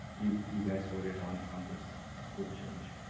you you guys voted on on this rule change.